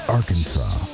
Arkansas